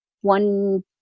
one